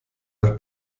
nach